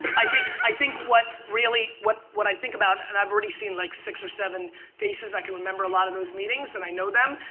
i think, i think what really what what i think about and i've already seen like six or seven faces and i can remember a lot of those meetings and i know them,